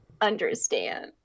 understand